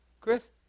Chris